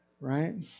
Right